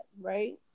right